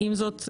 עם זאת,